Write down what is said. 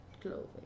clothing